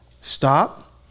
Stop